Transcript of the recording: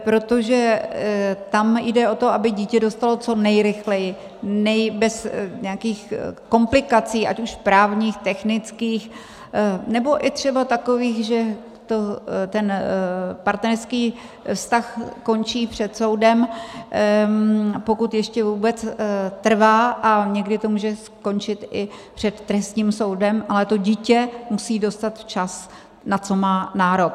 Protože tam jde o to, aby dítě dostalo co nejrychleji, bez nějakých komplikací ať už právních, technických, nebo i třeba takových, že ten partnerský vztah končí před soudem, pokud ještě vůbec trvá, a někdy to může skončit i před trestním soudem, ale to dítě musí dostat včas, na co má nárok.